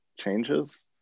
changes